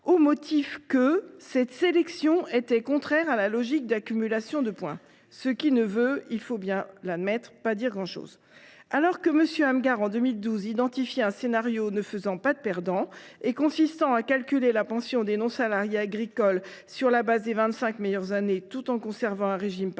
au motif que cette sélection était contraire à la logique d’accumulation de points, ce qui, il faut bien l’admettre, ne veut pas dire grand chose. Alors que M. Amghar, en 2012, a identifié un scénario ne faisant pas de perdants, consistant à calculer la pension des non salariés agricoles sur la base des vingt cinq meilleures années, tout en conservant un régime par points,